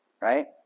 right